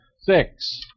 six